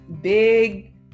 big